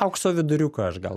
aukso viduriuką aš gal